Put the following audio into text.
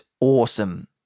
awesome